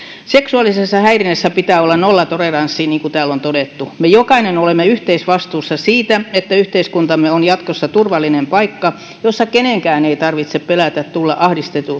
seksuaalisessa häirinnässä pitää olla nollatoleranssi niin kuin täällä on todettu me jokainen olemme yhteisvastuussa siitä että yhteiskuntamme on jatkossa turvallinen paikka jossa kenenkään ei tarvitse pelätä tulevansa